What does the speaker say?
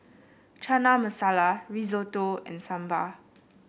Chana Masala Risotto and Sambar